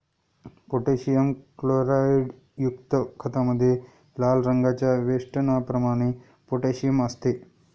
potassium क्लोराईडयुक्त खतामध्ये लाल रंगाच्या वेष्टनाप्रमाणे पोटॅशियम असते